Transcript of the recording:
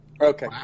Okay